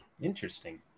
Interesting